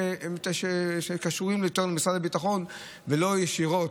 שקשורים יותר למשרד הביטחון ולא ישירות,